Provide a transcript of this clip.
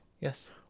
Yes